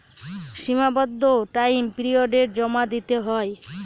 সীমাবদ্ধ টাইম পিরিয়ডে জমা দিতে হয়